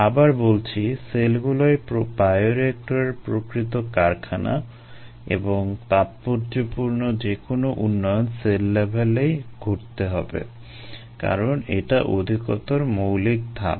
আবার বলছি সেলগুলোই বায়োরিয়েক্টরের প্রকৃত কারখানা এবং তাৎপর্যপূর্ণ যেকোনো উন্নয়ন সেল লেভেলেই ঘটতে হবে কারণ এটা অধিকতর মৌলিক ধাপ